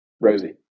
rosie